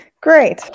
Great